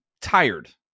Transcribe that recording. tired